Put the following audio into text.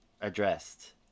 addressed